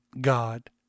God